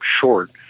short